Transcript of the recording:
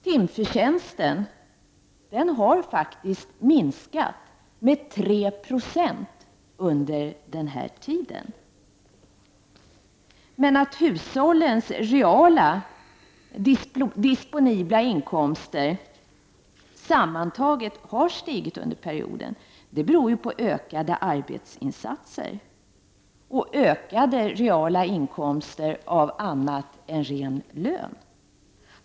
Timförtjänsten har faktiskt minskat med 3 26 under den här tiden. Att hushållens reala disponibla inkomster sammantaget har stigit under perioden beror på ökade arbetsinsatser och ökade reala inkomster i form av annat än ren lön.